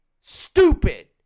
Stupid